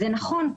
זה נכון,